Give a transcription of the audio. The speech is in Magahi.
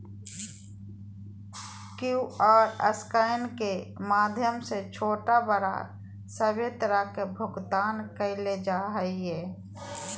क्यूआर स्कैन के माध्यम से छोटा बड़ा सभे तरह के भुगतान कइल जा हइ